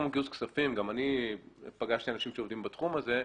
גם אני פגשתי אנשים שעוסקים בתחום הזה.